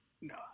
No